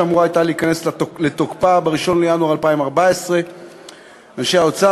שאמורה הייתה להיכנס לתוקפה ב-1 בינואר 2014. אנשי האוצר,